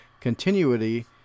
continuity